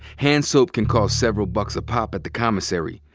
hand soap can cost several bucks a pop at the commissary.